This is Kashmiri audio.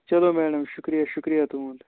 چلو میڈَم شُکریہِ شُکریہِ تُہُنٛد